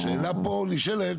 השאלה פה נשאלת,